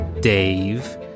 dave